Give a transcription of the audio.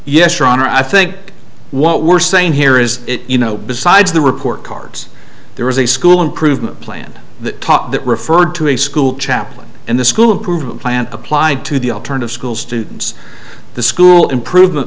yes your honor i think what we're saying here is you know besides the report cards there was a school improvement plan that taught that referred to a school chaplain and the school improvement plan applied to the alternative school students the school improvement